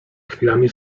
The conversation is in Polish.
chwilami